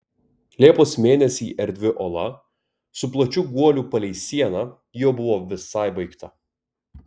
liepos mėnesį erdvi ola su plačiu guoliu palei sieną jau buvo visai baigta